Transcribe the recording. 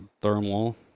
thermal